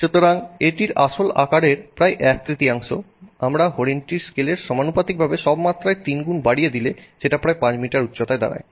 সুতরাং এটির আসল আকারের প্রায় এক তৃতীয়াংশ বা আমরা হরিণটির স্কেল আনুপাতিকভাবে সব মাত্রায় 3 গুণ বাড়িয়ে দিলে সেটা প্রায় 5 মিটার উচ্চতায় দাঁড়ায়